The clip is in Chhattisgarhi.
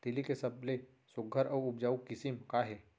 तिलि के सबले सुघ्घर अऊ उपजाऊ किसिम का हे?